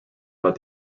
but